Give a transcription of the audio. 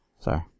Sorry